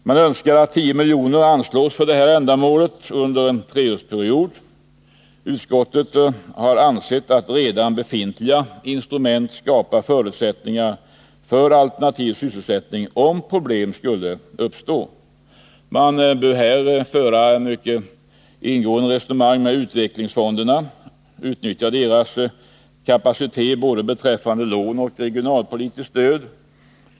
Man önskar att 10 miljoner anslås för detta ändamål under en treårsperiod. Utskottet har ansett att redan befintliga instrument skapar förutsättningar för alternativ sysselsättning om problem skulle uppstå. Man bör här föra ett mycket ingående resonemang med utvecklingsfonderna och utnyttja deras kapacitet både beträffande lån och regionalpolitiskt stöd.